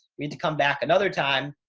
we had to come back another time.